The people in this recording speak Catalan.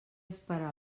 esperar